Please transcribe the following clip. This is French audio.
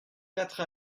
quatre